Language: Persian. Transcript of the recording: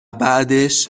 بعدش